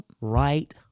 right